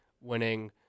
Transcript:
winning